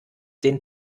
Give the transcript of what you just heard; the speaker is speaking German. den